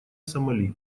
сомали